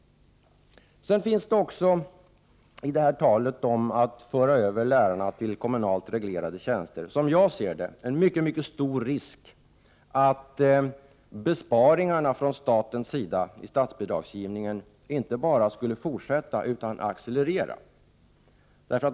När det gäller talet om att föra över lärarna till kommunalt reglerade tjänster finns det, som jag ser saken, en mycket stor risk för att besparingarna från statens sida i statsbidragsgivningen inte bara fortsätter utan också accelererar.